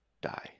die